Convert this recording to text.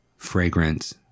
Fragrant